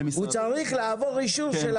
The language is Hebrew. הם לא נקבעים בחוק עזר.